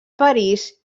parís